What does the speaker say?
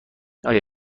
آیا